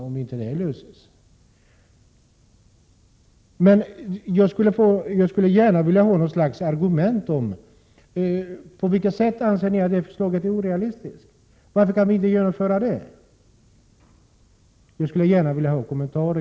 På vad sätt anser ni att detta vpk-förslag är orealistiskt? Varför kan detta förslag inte genomföras? Till detta skulle jag gärna vilja ha en kommentar.